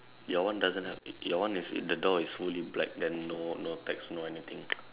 your one doesn't have your one is in the door is fully black then no no text no anything